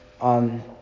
on